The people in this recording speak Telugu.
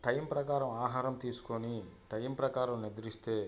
టైమ్ ప్రకారం ఆహారం తీసుకుని టైమ్ ప్రకారం నిద్రిస్తే